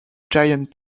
giant